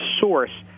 source